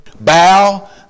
bow